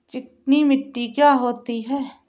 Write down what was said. चिकनी मिट्टी क्या होती है?